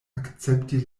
akcepti